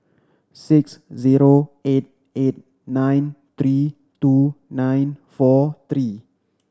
six zero eight eight nine three two nine four three